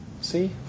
See